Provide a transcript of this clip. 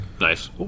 Nice